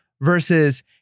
versus